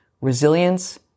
resilience